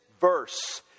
verse